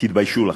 תתביישו לכם.